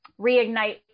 reignite